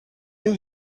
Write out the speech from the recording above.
you